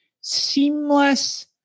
seamless